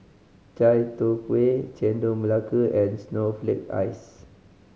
Chai Tow Kuay Chendol Melaka and snowflake ice